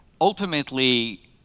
ultimately